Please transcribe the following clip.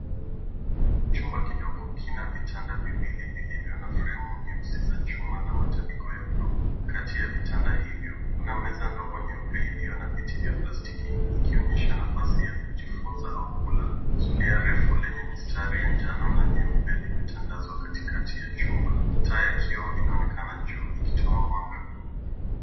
Chumba kidogo kinavitanda vilivyo na fremu nyeusi za chuma na matandiko ya [blue] kati ya vitanda hivyo kuna meza dogo nyeupe iliyo na vuti vya plastiki ikionyesha nafasi ya kujifunza au kula. Zulia refu lenye mistari ya njano na nyeupe limetadazwa katikati ya chumba taa ya kioo inaonekana juu ikitoa mwaga.